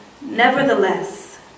nevertheless